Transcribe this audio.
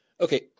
Okay